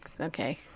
Okay